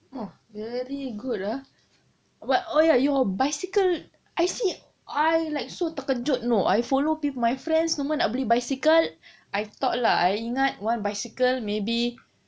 !wah! very good ah but oh ya your bicycle I see I like so terkejut no I follow pe~ my friends semua nak beli basikal I thought lah I ingat one bicycle maybe